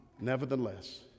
Nevertheless